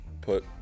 put